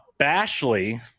Bashley